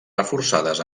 reforçades